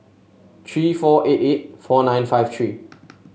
three four eight eight four nine five three